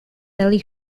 nelly